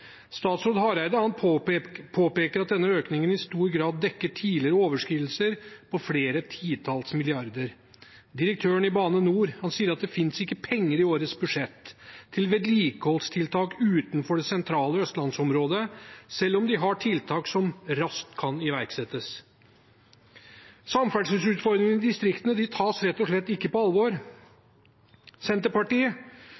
Statsråd Hareide påpeker at denne økningen i stor grad dekker tidligere overskridelser på flere titalls milliarder. Direktøren i Bane NOR sier at det i årets budsjett ikke finnes penger til vedlikeholdstiltak utenfor det sentrale Østlands-området, selv om vi har tiltak som raskt kan iverksettes. Samferdselsutfordringene i distriktene tas rett og slett ikke på